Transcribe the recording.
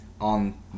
on